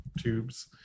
tubes